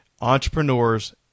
entrepreneurs